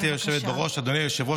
סדר-היום,